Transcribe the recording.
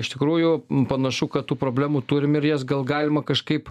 iš tikrųjų panašu kad tų problemų turim ir jas gal galima kažkaip